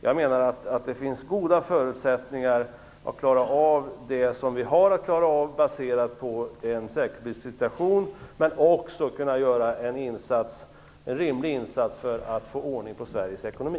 Jag menar att det finns goda förutsättningar att klara av det som vi har att klara av, baserat på en säkerhetspolitisk situation, men också att göra en rimlig insats för att få ordning på Sveriges ekonomi.